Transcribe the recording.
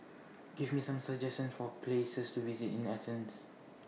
Give Me Some suggestions For Places to visit in Athens